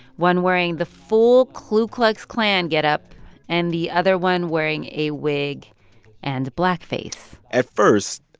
one wearing the full klu klux klan get-up and the other one wearing a wig and blackface at first,